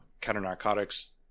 counter-narcotics